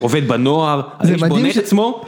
עובד בנוער, יש בו נשק עצמו. זה מדהים ש...